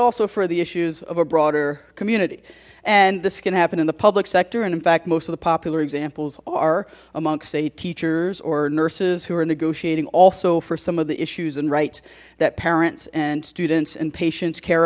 also for the issues of a broader community and this can happen in the public sector and in fact most of the popular examples are amongst say teachers or nurses who are negotiating also for some of the issues and rights that parents and students and patients care